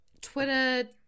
Twitter